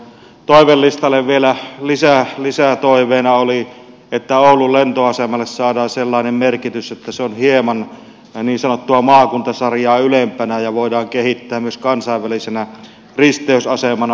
toivelistalle vielä lisätoiveena oli että oulun lentoasemalle saadaan sellainen merkitys että se on hieman niin sanottua maakuntasarjaa ylempänä ja sitä voidaan kehittää myös kansainvälisenä risteysasemana